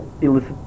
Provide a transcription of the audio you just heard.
illicit